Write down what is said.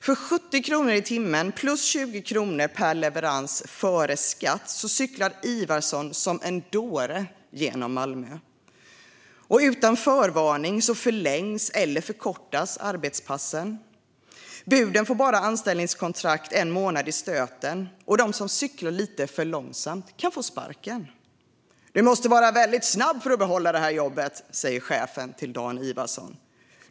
För 70 kronor i timmen + 20 kronor per leverans, före skatt, cyklar Ivarsson som en dåre genom Malmö. Utan förvarning förlängs eller förkortas arbetspassen. Buden får anställningskontrakt för bara en månad i stöten, och de som cyklar lite för långsamt kan få sparken. Du måste vara väldigt snabb för att behålla det här jobbet, säger chefen till Dan Ivarsson.